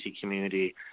community